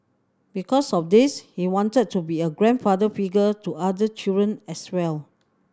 because of this he wanted to be a grandfather figure to other children as well